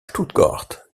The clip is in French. stuttgart